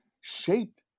shaped